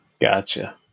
Gotcha